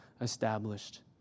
established